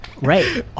right